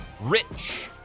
rich